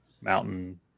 mountain